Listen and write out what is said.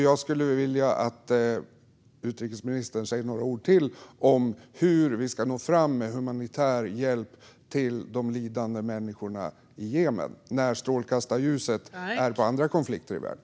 Jag skulle vilja att utrikesministern säger några ord till om hur vi ska nå fram med humanitär hjälp till de lidande människorna i Jemen, när strålkastarljuset är på andra länder i världen.